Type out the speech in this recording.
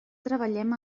treballem